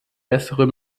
bessere